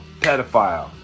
Pedophile